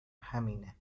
همینه